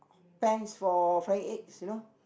pans for frying eggs you know